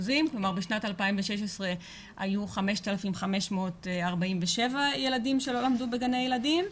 כלומר בשנת 2016 היו 5,547 ילדים שלא למדו בגני ילדים,